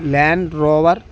Land Rover